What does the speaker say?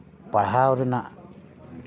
ᱯᱟᱲᱦᱟᱣ ᱨᱮᱱᱟᱜ